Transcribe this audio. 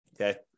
okay